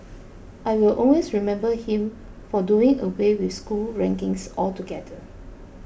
I will always remember him for doing away with school rankings altogether